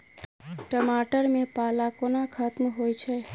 टमाटर मे पाला कोना खत्म होइ छै?